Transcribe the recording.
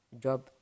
job